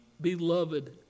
beloved